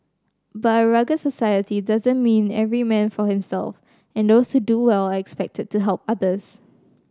but a rugged society doesn't mean every man for himself and those who do well are expected to help others